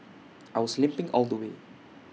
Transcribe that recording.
I was limping all the way